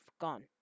gone